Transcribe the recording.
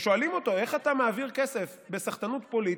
כששואלים אותו איך אתה מעביר כסף בסחטנות פוליטית,